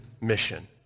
mission